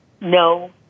no